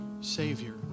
savior